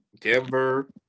Denver